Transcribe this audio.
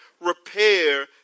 repair